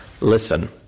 listen